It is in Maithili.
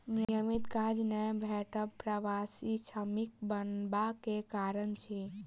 नियमित काज नै भेटब प्रवासी श्रमिक बनबा के कारण अछि